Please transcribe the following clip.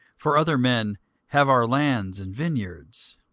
for other men have our lands and vineyards.